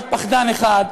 עוד פחדן אחד,